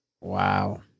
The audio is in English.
Wow